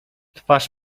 twarz